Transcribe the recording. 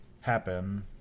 happen